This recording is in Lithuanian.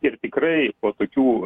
ir tikrai potokių